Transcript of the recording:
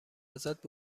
ازت